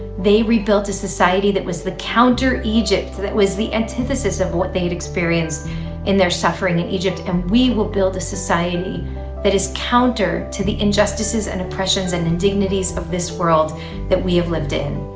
they rebuilt a society that was the counter egypt, that was the antithesis of what they'd experienced in their suffering in egypt. and we will build a society that is counter to the injustices and oppressions and indignities of this world that we have lived in.